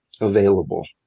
available